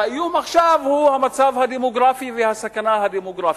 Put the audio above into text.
האיום עכשיו הוא המצב הדמוגרפי והסכנה הדמוגרפית.